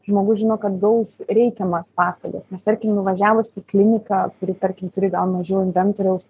žmogus žino kad gaus reikiamas paslaugas nes tarkim nuvažiavus į kliniką kuri tarkim turi gal mažiau inventoriaus